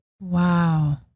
Wow